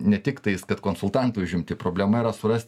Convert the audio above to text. ne tiktais kad konsultantai užimti problema yra surast